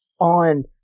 on